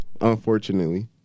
unfortunately